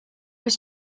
was